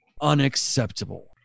unacceptable